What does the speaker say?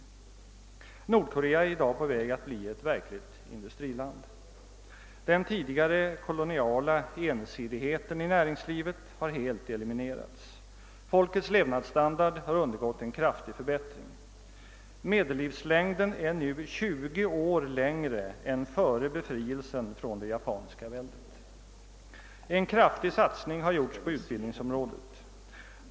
Nordkorea är i dag på väg att bli ett verkligt industriland. Den tidigare koloniala ensidigheten i näringslivet har helt eliminerats. Folkets levnadsstandard har undergått en kraftig förbättring. Medellivslängden är nu 20 år längre än före befrielsen från det japanska väldet. En kraftig satsning har gjorts på utbildningsområdet.